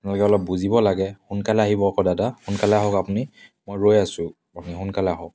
আপোনালোকে অলপ বুজিব লাগে সোনকালে আহিব আকৌ দাদা সোনকালে আহক আপুনি মই ৰৈ আছোঁ আপুনি সোনকালে আহক